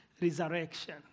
resurrection